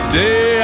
day